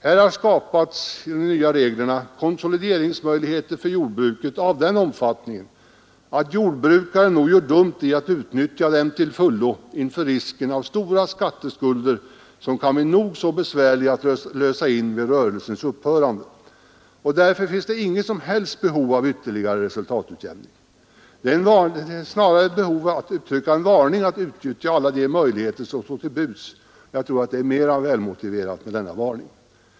Genom de nya reglerna har skapats konsolideringsmöjligheter för jordbruket av den omfattningen, att jordbrukare nog gör dumt i att utnyttja dem till fullo inför risken av stora skatteskulder, som kan bli nog så besvärliga att lösa in vid rörelsens upphörande, och därför finns det inget som helst behov av ytterligare resultatutjämning. En varning för att utnyttja alla de möjligheter som står till buds tror jag är mera välmotiverat. Herr talman!